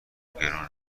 گرونه